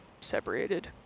separated